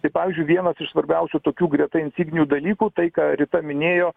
tai pavyzdžiui vienas iš svarbiausių tokių greta insignijų dalykų tai ką rita minėjo